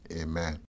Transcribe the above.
amen